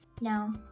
no